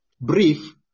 Brief